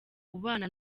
ubana